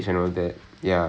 mm mm mm mm